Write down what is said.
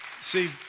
See